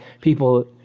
people